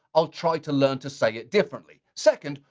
i'll try to learn to say it differently. second,